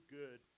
good